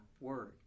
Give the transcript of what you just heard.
word